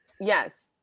Yes